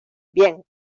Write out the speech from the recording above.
bien